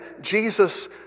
Jesus